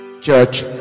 Church